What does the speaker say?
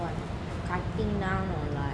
what cutting down on like